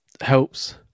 helps